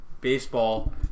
baseball